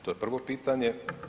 To je prvo pitanje.